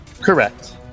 Correct